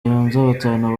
batanu